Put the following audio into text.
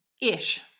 Ish